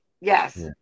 Yes